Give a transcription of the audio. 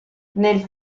nel